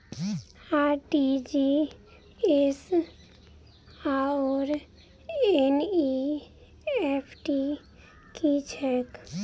RTGS आओर NEFT की छैक?